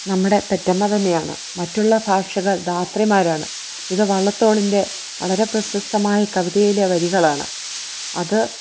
നമ്മുടെ പെറ്റമ്മ തന്നെയാണ് മറ്റുള്ള ഭാഷകൾ ധാത്രിമാരാണ് ഇത് വള്ളത്തോളിൻ്റെ വളരെ പ്രശസ്തമായ കവിതയിലെ വരികളാണ് അത്